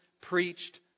preached